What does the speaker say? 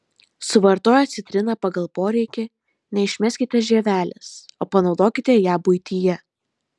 suvartoję citriną pagal poreikį neišmeskite žievelės o panaudokite ją buityje